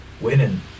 Winning